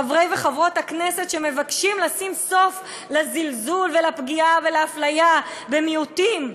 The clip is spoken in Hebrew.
חברי וחברות הכנסת שמבקשים לשים סוף לזלזול ולפגיעה ולאפליה במיעוטים,